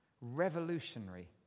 Revolutionary